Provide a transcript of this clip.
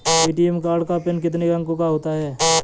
ATM card का PIN कितने अंकों का होता है?